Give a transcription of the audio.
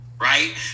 right